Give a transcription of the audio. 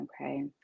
Okay